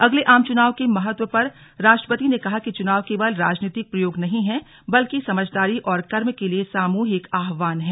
अगले आम च्नाव के महत्व पर राष्ट्रपति ने कहा कि चुनाव केवल राजनीतिक प्रयोग नहीं है बल्कि समझदारी और कर्म के लिए सामूहिक आह्वान है